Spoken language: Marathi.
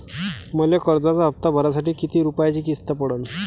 मले कर्जाचा हप्ता भरासाठी किती रूपयाची किस्त पडन?